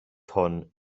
hwn